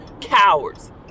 cowards